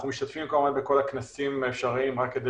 אנחנו משתתפים כמובן בכל הכנסים האפשריים רק כדי